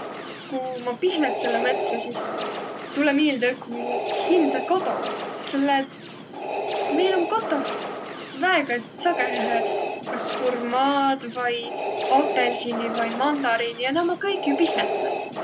Ku ma pihleõtsõlõ mõtlõ, sis tulõ miilde õkva muq hindä kodo, selle et meil om kotoh väega sagõhõhe kas hurmaad vai apõlsini vai mandariini ja naaq ommaq kõik jo pihlõdsõq.